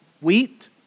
wheat